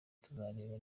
tuzareba